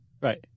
Right